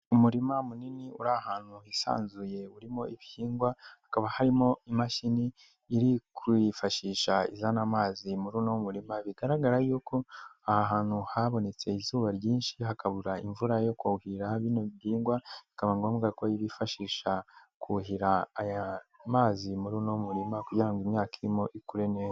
Umurima munini uri ahantu hisanzuye urimo ibihingwa, hakaba harimo imashini iri kwifashisha izana amazi muri uno murima, bigaragara yuko aha hantu habonetse izuba ryinshi hakabura imvura yo kuhira bino bihingwa, bikaba ngombwa ko yifashisha kuhira aya amazi muri uno murima kugira ngo imyaka irimo ikure neza.